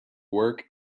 work